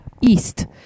east